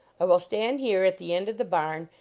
i will stand here at the end of the barn,